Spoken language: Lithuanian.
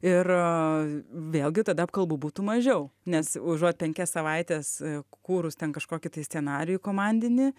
ir vėlgi tada apkalbų būtų mažiau nes užuot penkias savaites kūrus ten kažkokį tai scenarijų komandinį